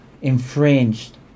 infringed